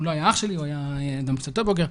הוא לא היה אח שלי, הוא היה אדם קצת יותר בוגר.